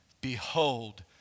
behold